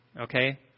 Okay